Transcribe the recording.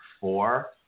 four